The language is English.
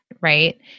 right